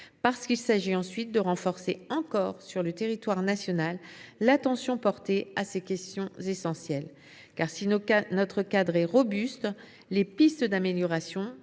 en second lieu, de renforcer encore, sur le territoire national, l’attention portée à ces questions essentielles. Si notre cadre est robuste, les pistes d’amélioration